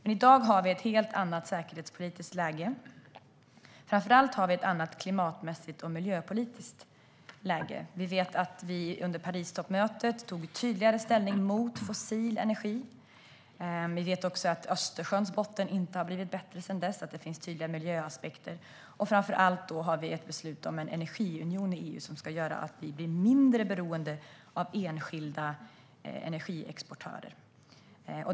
I dag har vi ett helt annat säkerhetspolitiskt läge. Framför allt har vi ett annat klimatmässigt och miljöpolitiskt läge. Under Paristoppmötet tog vi tydligare ställning mot fossil energi. Vi vet också att Östersjöns botten inte har blivit bättre. Det finns tydliga miljöaspekter på detta. Och framför allt har vi ett beslut om en energiunion i EU som ska göra att vi blir mindre beroende av enskilda energiexportörer.